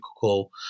call